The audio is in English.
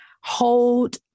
hold